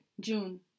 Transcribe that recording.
June